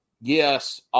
Yes